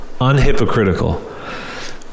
unhypocritical